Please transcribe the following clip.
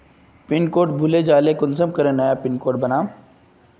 Pin code भूले जाले कुंसम करे नया पिन कोड बनाम?